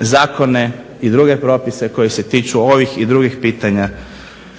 zakone i druge propise koji se tiču ovih i drugih pitanja